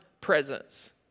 presence